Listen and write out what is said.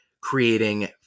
creating